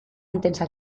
intensa